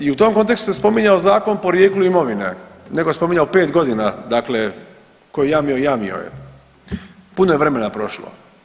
I u tom kontekstu se spominjao Zakon o porijeklu imovine, netko je spominjao 5 godina dakle tko je jamio, jamio je, puno je vremena prošlo.